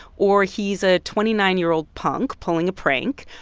or he's a twenty nine year old punk pulling a prank,